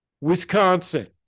Wisconsin